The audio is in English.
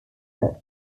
cook